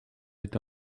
été